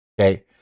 Okay